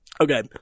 Okay